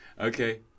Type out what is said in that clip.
Okay